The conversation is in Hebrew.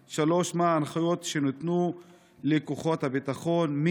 3. מה ההנחיות שניתנו לכוחות הביטחון?